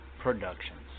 Productions